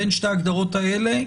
בין שתי ההגדרות האלה,